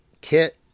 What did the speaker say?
kit